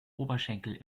oberschenkel